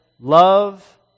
love